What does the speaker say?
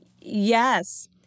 yes